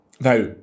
Now